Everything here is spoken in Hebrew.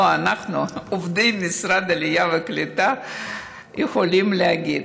לא "אנחנו"; עובדי משרד העלייה והקליטה יכולים להגיד: